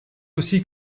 aussi